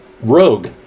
rogue